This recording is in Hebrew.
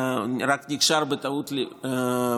הוא רק נקשר בטעות בשמו.